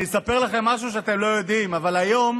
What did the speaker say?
אני אספר לכם משהו שאתם לא יודעים: היום